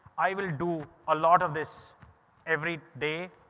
i will do a lot of this every day,